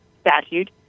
statute